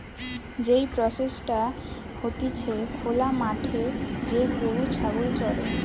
যেই প্রসেসটা হতিছে খোলা মাঠে যে গরু ছাগল চরে